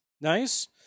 Nice